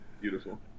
Beautiful